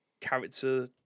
character